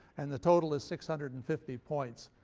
and the total is six hundred and fifty points,